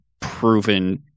proven